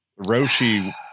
Roshi